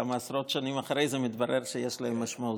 כמה עשרות שנים אחר כך מתברר שיש להם משמעות.